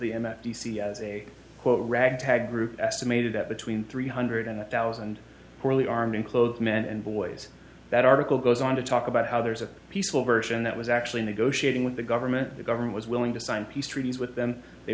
the m f d c as a quote a ragtag group estimated that between three hundred and one thousand poorly armed enclosed men and boys that article goes on to talk about how there's a peaceful version that was actually negotiating with the government the government was willing to sign peace treaties with them they